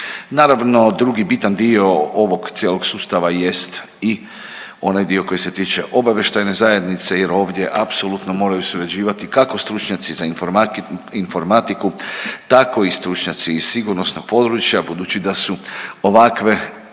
Naravno drugi bitan dio ovog cijelog sustava jest i onaj dio koji se tiče obavještajne zajednice jer ovdje apsolutno moraju surađivati kako stručnjaci za informatiku tako i stručnjaci iz sigurnosnog područja budući da su ovakve